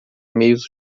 meios